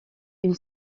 une